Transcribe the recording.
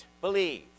believe